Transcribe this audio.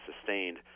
sustained